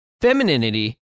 femininity